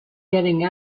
getting